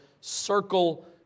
circle